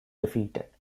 defeated